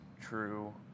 true